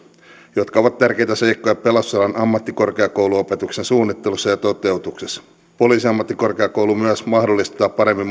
jotka ovat tärkeitä seikkoja pelastusalan ammattikorkeakouluopetuksen suunnittelussa ja toteutuksessa poliisiammattikorkeakoulu myös mahdollistaa paremmin